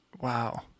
wow